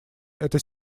это